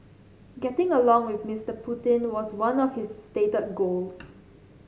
getting along with Mr Putin was one of his stated goals